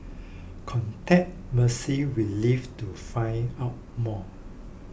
contact Mercy Relief to find out more